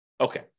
Okay